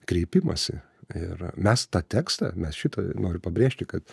kreipimąsi ir mes tą tekstą mes šitą noriu pabrėžti kad